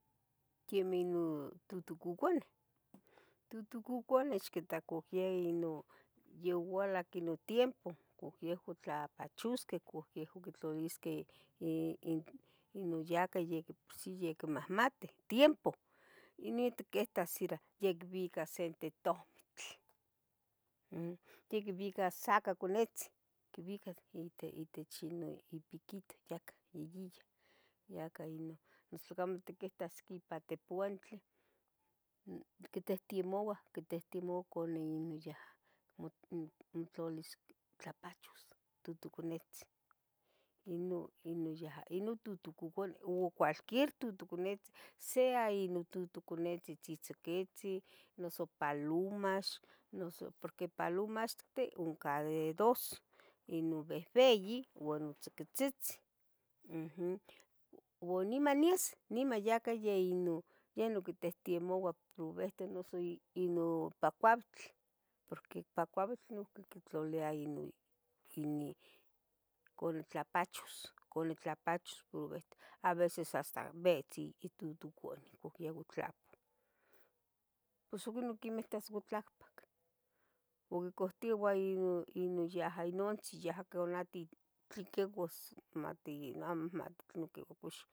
Quemeh nun tutucoconeh, tutucoconeh xquitaco ye inon youalahqui non tiempo tlapachosqueh cuqiyoehcoc ictlalisque i- ino yaca de pos yaicmahmatih tiempo, inin itquits ira, yac quibica setetohmitl, mm quibica sacaconetzin quibica itich noipiquitoh yac iyiyah yaca inon, noso tlacamo tiquits ipa tepoauntli quitehtemouah quitehtemouah cani non ya mo mo tluilis tlapachos tuttuconetzin, ino ino yah ino tutucoconeh u cualquier tutuconetzi sea inontutuconetzitzi tzicotzi noso palumas noso poque palumas onca de dos, non behbeyi uan non tzocotzitzi umm uan niman is nima yaca yeh inon ya quitehtemoua provehten noso inon pah pabitl, poque pah pabitl noiuqui quitlalia inon ini cunih tlapachos, cunih tlapachos pobehten, a veces hasta betzi itutuconeh poqui yeh otlapu, pos u quenih niquimitas otlacpac oquicohtia iua ino iyaha inontzin iyaha canaitu tle quicuas mati nah amo mati tlenoh quicua